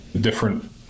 different